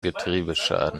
getriebeschaden